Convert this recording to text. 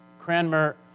Cranmer